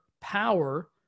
power